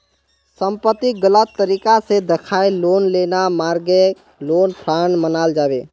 संपत्तिक गलत तरीके से दखाएँ लोन लेना मर्गागे लोन फ्रॉड मनाल जाबे